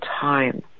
time